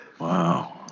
Wow